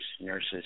nurses